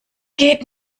geht